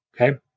Okay